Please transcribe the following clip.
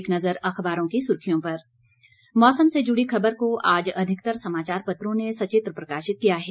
एक नजर अखबारों की सुर्खियों पर मौसम से जुड़ी खबर को आज अधिकतर समाचार पत्रों ने सचित्र प्रकाशित किया है